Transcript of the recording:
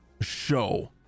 show